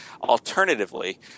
Alternatively